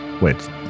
Wait